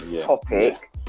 topic